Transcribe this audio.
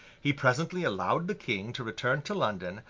he presently allowed the king to return to london,